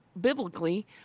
biblically